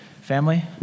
family